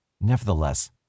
Nevertheless